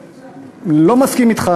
אני לא מסכים אתך,